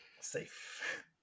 safe